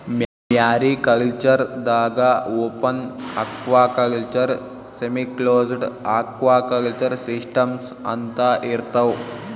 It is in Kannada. ಮ್ಯಾರಿಕಲ್ಚರ್ ದಾಗಾ open aquaculture, semiclosed aquaculture systems ಅಂತಾ ಇರ್ತವ್